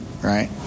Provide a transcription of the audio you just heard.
right